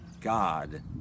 God